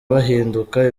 bahinduka